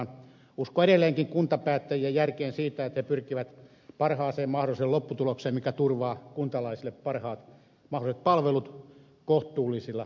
uskon edelleenkin kuntapäättäjien järkeen siinä että he pyrkivät parhaaseen mahdolliseen lopputulokseen mikä turvaa kuntalaisille parhaat mahdolliset palvelut kohtuullisilla kustannuksilla